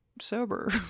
sober